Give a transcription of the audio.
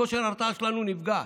כושר ההרתעה שלנו נפגע.